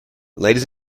ladies